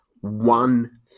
one